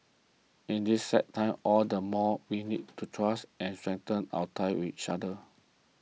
in these sad times all the more we need to trust and strengthen our ties with each other